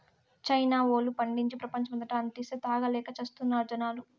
China వోల్లు పండించి, ప్రపంచమంతటా అంటిస్తే, తాగలేక చస్తున్నారు జనాలు